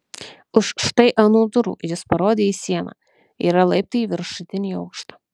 už štai anų durų jis parodė į sieną yra laiptai į viršutinį aukštą